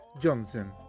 Johnson